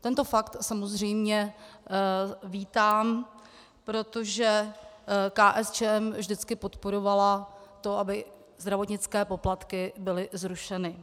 Tento fakt samozřejmě vítám, protože KSČM vždycky podporovala to, aby zdravotnické poplatky byly zrušeny.